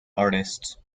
artists